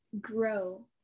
grow